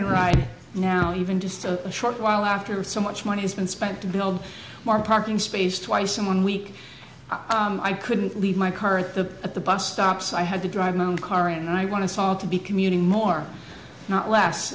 and right now even just a short while after so much money has been spent to build more parking space twice in one week i couldn't leave my car at the at the bus stop so i had to drive my own car and i want to start to be commuting more not